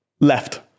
Left